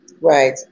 Right